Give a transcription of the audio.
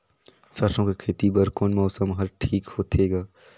सरसो कर खेती बर कोन मौसम हर ठीक होथे ग?